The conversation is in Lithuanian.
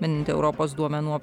minint europos duomenų